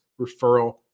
referral